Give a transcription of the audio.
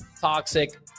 toxic